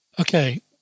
Okay